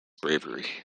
bravery